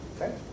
Okay